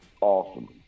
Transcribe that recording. awesome